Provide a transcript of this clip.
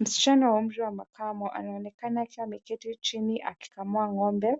Msichana wa umri wa makamo anaonekana akiwa ameketi chini akikamua ng'ombe